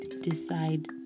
decide